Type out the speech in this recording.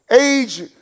Age